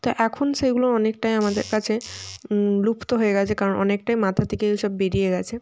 তা এখন সেগুলো অনেকটাই আমাদের কাছে লুপ্ত হয়ে গেছে কারণ অনেকটাই মাথা থেকে এই সব বেরিয়ে গেছে